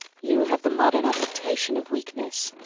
you have the modern affectation of weakness.